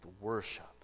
worship